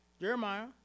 Jeremiah